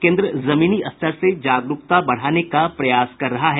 केन्द्र जमीनी स्तर से जागरूकता बढ़ाने का प्रयास कर रहा है